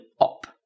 up